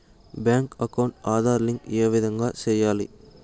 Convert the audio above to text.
Bank account Aadhaar link ఏ విధంగా సెయ్యాలి?